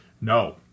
No